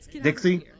Dixie